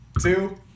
two